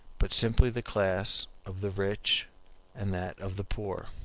but simply the class of the rich and that of the poor.